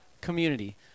community